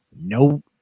no